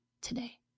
today